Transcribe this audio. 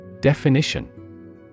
Definition